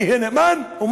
יש מישהו שמבוטח שם, וכך